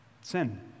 sin